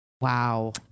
Wow